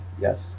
yes